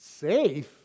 Safe